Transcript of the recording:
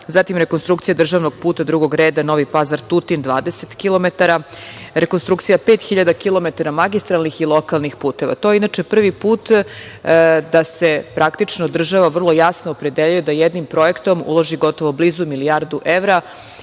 Zatim, rekonstrukcija državnog puta drugog reda, Novi Pazar – Tutin, 20 kilometara, rekonstrukcija pet hiljada kilometara magistralnih i lokalnih puteva. To je, inače, prvi put da se praktično država vrlo jasno opredeljuje da jednim projektom uloži gotovo blizu milijardu evra